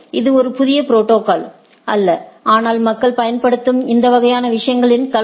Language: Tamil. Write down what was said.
இது ஒரு புதிய ப்ரோடோகால் அல்ல ஆனால் மக்கள் பயன்படுத்தும் இந்த வகையான விஷயங்களின் கலவை